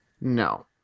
No